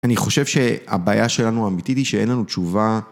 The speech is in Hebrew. אני חושב שהבעיה שלנו אמיתית היא שאין לנו תשובה.